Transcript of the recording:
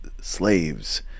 slaves